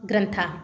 ग्रन्थाः